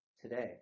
today